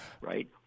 right